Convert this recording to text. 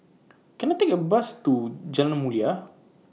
Can I Take A Bus to Jalan Mulia